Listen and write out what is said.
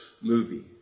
movie